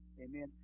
Amen